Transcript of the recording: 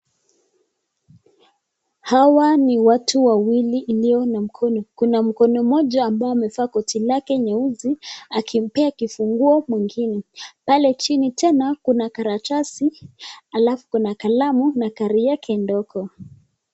Hawa ni watu wawili iliyo na mkono. Kuna mkunu mmoja ambaye amevaa kitu lake nyeusi akimpea kifunguo mwengine, pale chini tena kuna karatasi alafu kuna kalamu na gari yake ndogo.